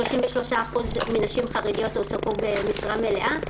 33% מן הנשים החרדיות הועסקו במשרה מלאה